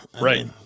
Right